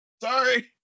sorry